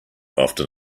often